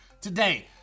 today